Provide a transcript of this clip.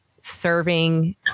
serving